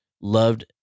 loved